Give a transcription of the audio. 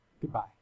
Goodbye